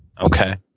Okay